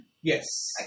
Yes